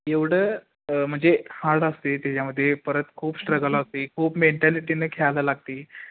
एवढं म्हणजे हार्ड असते त्याच्यामध्ये परत खूप स्ट्रगल असते खूप मेंटॅलिटीनं खेळायला लागते